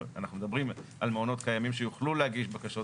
אנחנו מדברים על מעונות קיימים שיוכלו להגיש בקשות,